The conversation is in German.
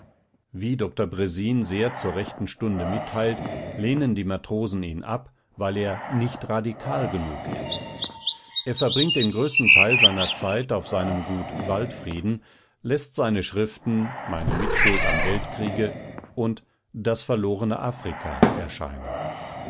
wie dr bresin sehr zur rechten stunde mitteilt lehnen die matrosen ihn ab weil er nicht radikal genug ist er verbringt den größten teil seiner zeit auf seinem gut waldfrieden läßt seine schriften meine mitschuld am weltkriege und das verlorene afrika erscheinen